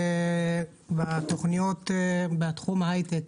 בתוכניות בתחום ההיי-טק